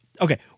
Okay